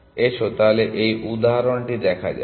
এসো তাহলে এই উদাহরণটি দেখা যাক